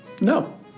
No